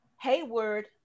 Hayward